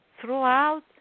throughout